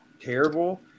terrible